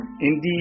Indeed